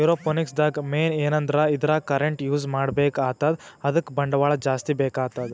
aeroponics ದಾಗ್ main ಏನಂದ್ರ ಇದ್ರಾಗ್ ಕರೆಂಟ್ ಯೂಸ್ ಮಾಡ್ಬೇಕ್ ಆತದ್ ಅದಕ್ಕ್ ಬಂಡವಾಳ್ ಜಾಸ್ತಿ ಬೇಕಾತದ್